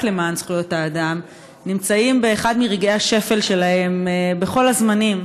למען זכויות האדם נמצאים באחד מרגעי השפל שלהם בכל הזמנים.